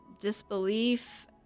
disbelief